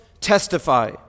testify